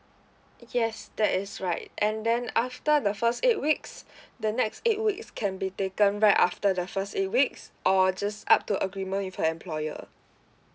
yes that is right and then after the first eight weeks the next eight weeks can be taken right after the first eight weeks or just up to agreement with her employer